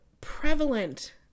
prevalent